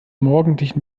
morgendlichen